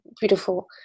beautiful